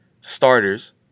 starters